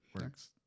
works